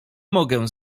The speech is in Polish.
mogę